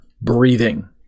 breathing